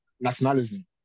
Nationalism